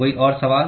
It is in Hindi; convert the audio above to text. कोई और सवाल